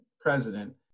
president